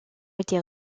été